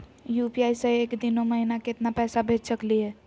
UPI स एक दिनो महिना केतना पैसा भेज सकली हे?